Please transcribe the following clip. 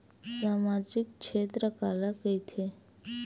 सामजिक क्षेत्र काला कइथे?